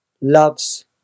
Love's